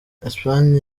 espagne